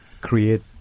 create